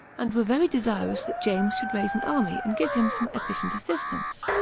and were very desirous that james should raise an army and give him some efficient assistance.